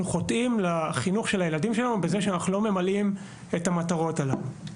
חוטאים לחינוך של הילדים שלנו בזה שאנחנו לא ממלאים את המטרות הללו.